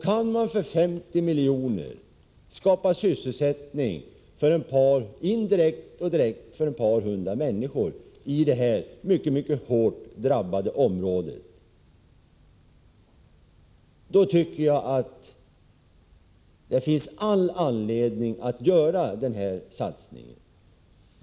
Kan man för 50 miljoner skapa sysselsättning direkt eller indirekt för ett par hundra människor i det här mycket hårt drabbade området, då tycker jag att det finns all anledning att göra denna satsning.